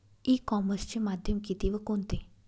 E कॉमर्सचे माध्यम किती व कोणते?